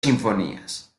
sinfonías